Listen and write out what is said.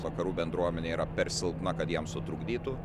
vakarų bendruomenė yra per silpna kad jam sutrukdytų